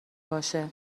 باشه